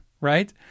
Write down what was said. right